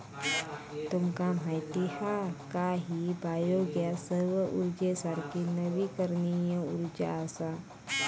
तुमका माहीत हा काय की बायो गॅस सौर उर्जेसारखी नवीकरणीय उर्जा असा?